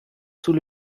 sous